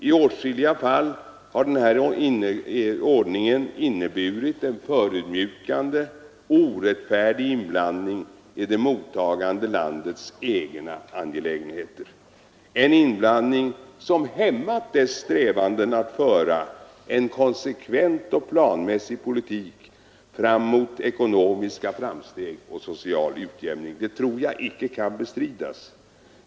I åtskilliga fall har den här ordningen inneburit en förödmjukande och orättfärdig inblandning i det mottagande landets egna angelägenheter, en inblanding som hämmat dess strävanden att föra en konsekvent och planmässig politik fram mot ekonomiska framsteg och social utjämning. Det tror jag inte kan bestridas.